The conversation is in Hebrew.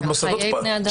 זה על חיי בני אדם.